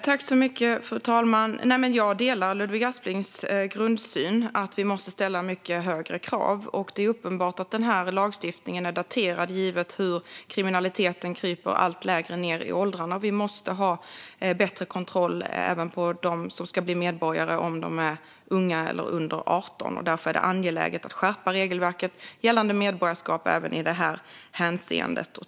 Fru talman! Jag delar Ludvig Asplings grundsyn att vi måste ställa mycket högre krav. Det är uppenbart att denna lagstiftning är daterad, givet hur kriminaliteten kryper allt längre ned i åldrarna. Vi måste ha bättre kontroll på dem som ska bli medborgare även om de är unga eller under 18. Därför är det angeläget att skärpa regelverket gällande medborgarskap även i detta hänseende.